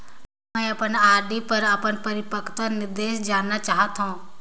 मैं अपन आर.डी पर अपन परिपक्वता निर्देश जानना चाहत हों